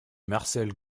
marcel